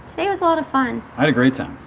today was a lot of fun. i had a great time.